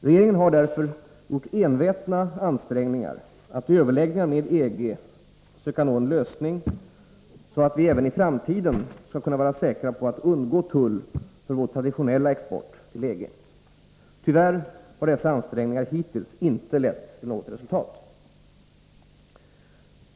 Regeringen har därför gjort envetna ansträngningar att i överläggningar med EG nå en lösning så att vi även i framtiden skall kunna vara säkra på att undgå tull för vår traditionella export till EG. Tyvärr har dessa ansträngningar hittills inte lett till något resultat.